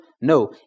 No